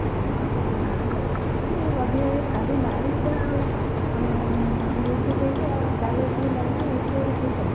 ହଁ ନାଇ ବା ଏତେ ଅଧିକା ଖାଲି ଲାଇଟ୍ଟା ଆଉ ଲିଚୁ କେଇଟା ଝାଲେରି ଟିକେ ଲାଗିବ ଏତେଗୁଡ଼େ ପଇସା